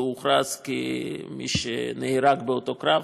והוא הוכרז כמי שנהרג באותו קרב.